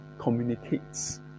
communicates